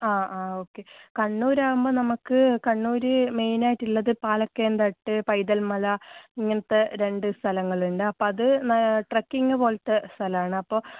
ആ ആ ഓക്കെ കണ്ണൂർ ആവുമ്പോൾ നമുക്ക് കണ്ണൂർ മെയിൻ ആയിട്ടുള്ളത് പാലക്കെയൻ തട്ട് പൈതൽ മല ഇങ്ങനത്തെ രണ്ട് സ്ഥലങ്ങൾ ഉണ്ട് അപ്പോൾ അത് ന ട്രക്കിങ്ങ് പോലത്തെ സ്ഥലമാണ് അപ്പോൾ